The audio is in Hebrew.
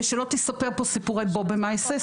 ושהיא לא תספר פה סיפורי "בובע מעייש'ס",